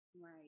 Right